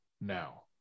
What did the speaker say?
now